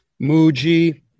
Muji